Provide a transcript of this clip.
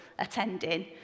attending